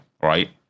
right